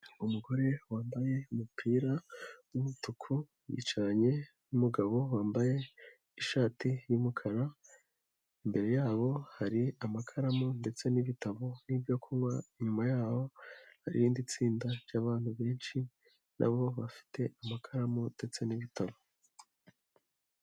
Umugore wambaye umupira w'umutuku, yicaranye n'umugabo wambaye ishati y'umukara, imbere yabo hari amakaramu ndetse n'ibitabo n'ibyo kunywa, inyuma yaho hari irindi tsinda ry'abantu benshi nabo bafite amakaramu ndetse n'ibitabo.